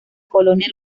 colonia